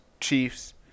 Chiefs